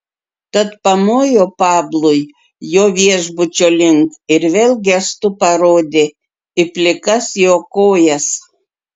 tad pamojo pablui jo viešbučio link ir vėl gestu parodė į plikas jo kojas